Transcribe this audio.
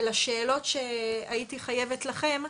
ולשאלות שהייתי חייבת לכם,